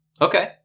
Okay